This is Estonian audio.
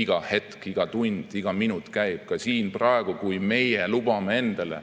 iga hetk, iga tund, iga minut käib. Ka praegu, kui meie lubame siin endale